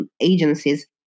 agencies